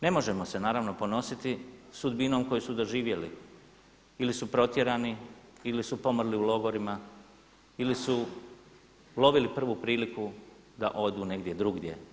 Ne možemo se naravno ponositi sudbinom koju su doživjeli ili su protjerani ili su pomrli u logorima, ili su ulovili prvu priliku da odu negdje drugdje.